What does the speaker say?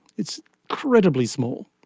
it's incredibly small.